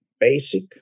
basic